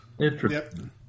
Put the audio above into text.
Interesting